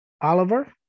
Oliver